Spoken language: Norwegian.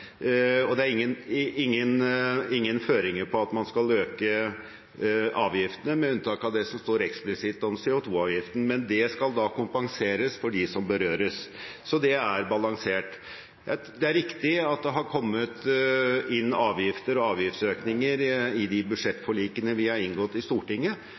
ned. Det er ingen føringer på at man skal øke avgiftene, med unntak av det som står eksplisitt om CO 2 -avgiften, men det skal kompenseres for dem som berøres. Så det er balansert. Det er riktig at det har kommet inn avgifter og avgiftsøkninger i de budsjettforlikene vi har inngått i Stortinget.